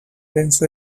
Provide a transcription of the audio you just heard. denso